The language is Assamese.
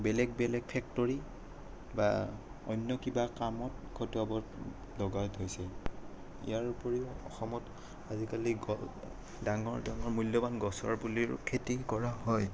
বেলেগ বেলেগ ফেক্টৰী বা অন্য কিবা কামত কটোৱাব লগা হৈছে ইয়াৰ উপৰিও অসমত আজিকালি গ ডাঙৰ ডাঙৰ মূল্যৱান গছৰ পুলিৰো খেতি কৰা হয়